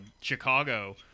Chicago